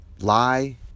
Lie